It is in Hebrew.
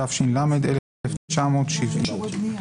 הת"ל-1970.